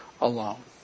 alone